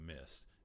missed